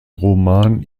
roman